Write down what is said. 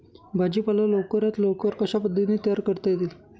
भाजी पाला लवकरात लवकर कशा पद्धतीने तयार करता येईल?